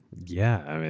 yeah,